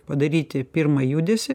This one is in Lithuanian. padaryti pirmą judesį